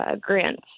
grants